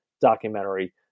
documentary